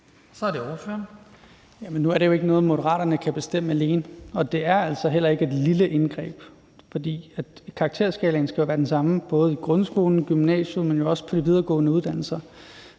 Nu er det jo ikke noget, Moderaterne kan bestemme alene, og det er altså heller ikke et lille indgreb. For karakterskalaen skal jo være den samme i både grundskolen og gymnasiet, men også på de videregående uddannelser.